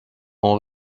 ont